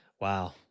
Wow